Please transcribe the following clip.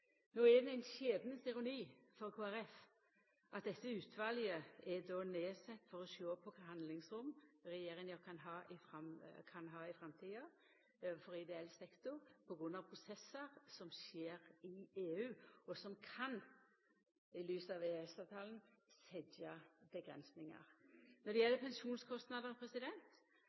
No er det ein skjebnens ironi for Kristeleg Folkeparti at dette utvalet er nedsett for å sjå på kva handlingsrom regjeringa kan ha i framtida overfor ideell sektor på grunn av prosessar som skjer i EU, og som kan – i lys av EØS-avtala – setja avgrensingar. Når det gjeld